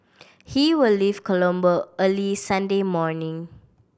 he will leave Colombo early Sunday morning